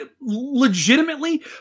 legitimately